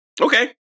Okay